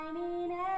shining